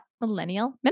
Millennial